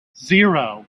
zero